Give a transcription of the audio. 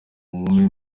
mugume